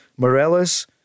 Morellas